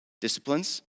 disciplines